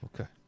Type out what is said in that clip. Okay